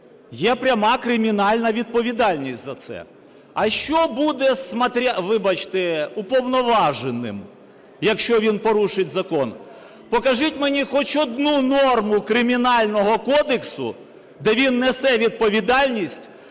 Є пряма кримінальна відповідальність за це. А що буде, вибачте, з уповноваженим, якщо він порушить закон? Покажіть мені хоч одну норму Кримінального кодексу, де він несе відповідальність